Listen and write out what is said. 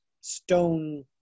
stone